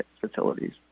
facilities